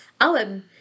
Alan